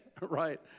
right